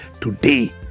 today